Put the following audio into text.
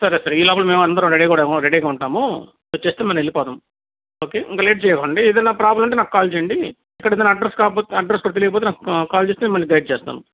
సరేసరి ఈలోపల మేమందరము రెడీ కూడాము రెడీగా ఉంటాము వొచ్చేస్తే మనం వెళ్ళిపోదాము ఓకే ఇంకా లేట్ చెయ్యకండి ఏదైనా ప్రాబ్లము ఉంటే నాకు కాల్ చెయ్యండి ఇక్కడేదైనా అడ్రస్ కాక్పోతే అడ్రస్ తెలియకపోతే నాకు కాల్ చేస్తే మళ్ళీ గైడ్ చేస్తాను